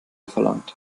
verlangt